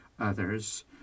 others